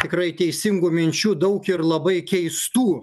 tikrai teisingų minčių daug ir labai keistų